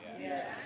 Yes